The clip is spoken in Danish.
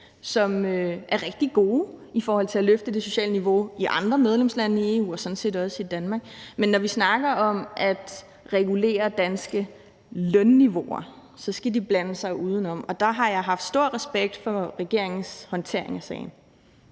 som er rigtig gode i forhold til at løfte det sociale niveau i andre medlemslande i EU og sådan set også i Danmark. Men når vi snakker om at regulere danske lønniveauer, skal de blande sig udenom, og der har jeg haft stor respekt for regeringens håndtering af sagen.